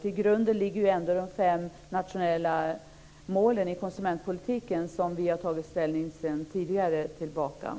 I grunden ligger ju ändå de fem nationella målen i konsumentpolitiken som vi har tagit ställning till sedan tidigare.